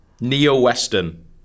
Neo-Western